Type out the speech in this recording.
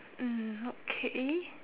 mm okay